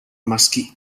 mesquí